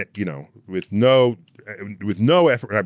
ah you know, with no with no effort,